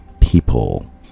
people